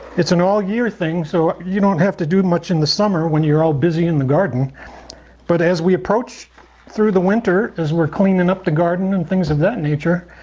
it's an all year thing so you don't have to do much in the summer when you're all busy in the garden but as we approach through the winter, as we're cleaning up the garden, and things of that nature,